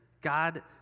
God